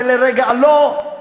זה לרגע לא,